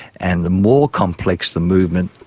and the more complex the movement,